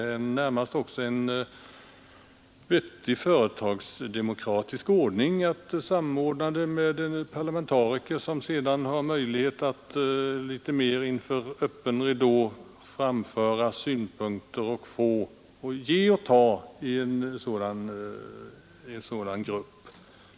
Och det är väl en vettig företagsdemokratisk ordning att samordna den saken med företrädare för handikapporganisationerna och parlamentariker, som sedan inför litet mera öppen ridå kan framföra synpunkter och ge och ta argument i en sådan arbetsgrupp.